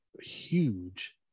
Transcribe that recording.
huge